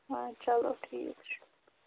آ چلو ٹھیٖک چھُ